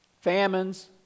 famines